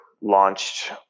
launched